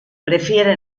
prefiere